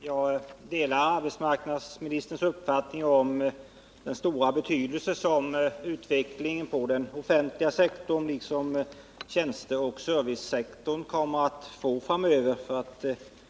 Herr talman! Jag delar arbetsmarknadsministerns uppfattning om den stora betydelse som utvecklingen på den offentliga sektorn liksom på tjänsteoch servicesektorn kommer att få framöver.